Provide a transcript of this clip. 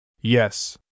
Yes